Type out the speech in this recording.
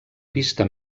vista